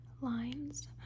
lines